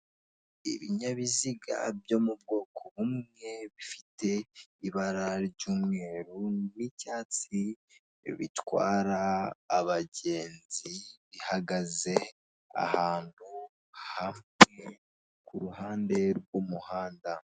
Ibinyabiziga byo mu bwoko bumwe bifite ibara ry'umweru n'icyatsi bitwara abagenzi, bihagaze ahantu kuruhande rw'umuhanda.